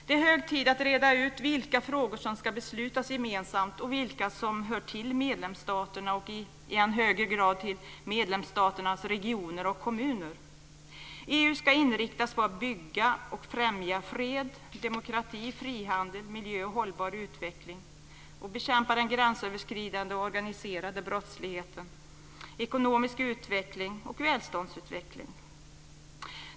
Det är hög tid att reda ut vilka frågor som ska beslutas gemensamt och vilka som hör till medlemsstaterna och, i än högre grad, till medlemsstaternas regioner och kommuner. EU ska inriktas på att bygga och främja fred, demokrati, frihandel, miljö och hållbar utveckling, bekämpa den gränsöverskridande organiserade brottsligheten, ekonomisk utveckling och välståndsutveckling.